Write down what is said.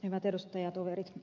hyvät edustajatoverit